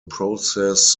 process